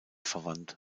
verwandt